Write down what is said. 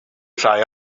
rhai